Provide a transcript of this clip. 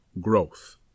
growth